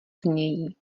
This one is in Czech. znějí